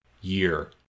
year